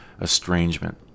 estrangement